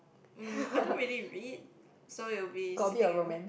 mm I don't really read so it will be sitting in